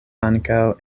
ankaŭ